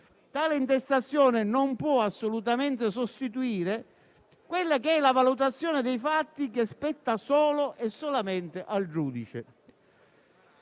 Tale intestazione non può assolutamente sostituire la valutazione dei fatti, che spetta solo e solamente al giudice.